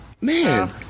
Man